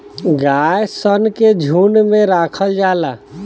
गाय सन के झुंड में राखल जाला